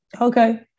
Okay